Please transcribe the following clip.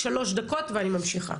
שלוש דקות ואני ממשיכה.